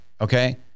Okay